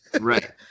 Right